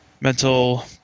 mental